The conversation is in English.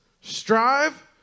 Strive